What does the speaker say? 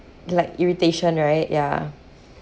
like irritation right ya